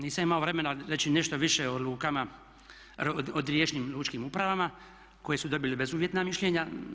Nisam imao vremena reći nešto više o lukama, o riječnim lučkima upravama koje su dobile bezuvjetna mišljenja.